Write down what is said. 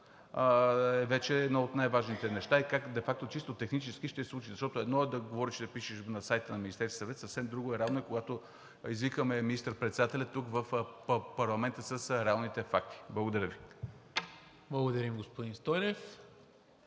е вече едно от най-важните неща и как де факто чисто технически ще се случи, защото едно е да говориш и да пишеш на сайта на Министерския съвет, съвсем друго е, когато извикаме министър-председателя тук в парламента с реалните факти. Благодаря Ви. ПРЕДСЕДАТЕЛ НИКОЛА МИНЧЕВ: